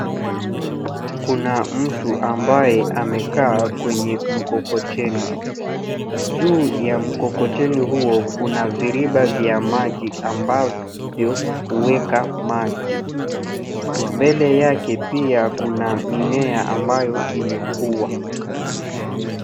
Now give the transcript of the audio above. Kuna mtu ambaye amekaa kwenye mkokoteni. Juu ya mkokoteni huo kuna viriba vya maji, ambavyo huweka maji. Mbele yake pia kuna mimea ambayo imekua.